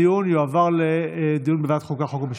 הדיון יועבר לדיון בוועדת החוקה, חוק ומשפט.